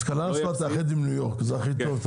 קלאנסווה תאחד עם ניו-יורק זה הכי טוב.